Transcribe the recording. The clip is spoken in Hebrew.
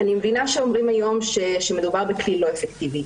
אני מבינה שאומרים היום שמדובר בכלי לא אפקטיבי,